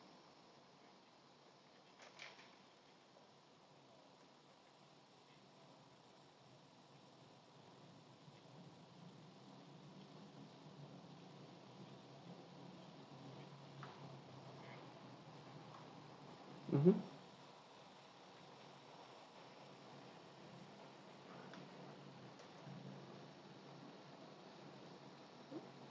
mmhmm